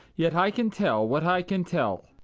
yet i can tell what i can tell.